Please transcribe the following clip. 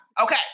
Okay